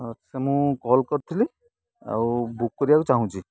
ହଁ ସେ ମୁଁ କଲ୍ କରିଥିଲି ଆଉ ବୁକ୍ କରିବାକୁ ଚାହୁଁଛି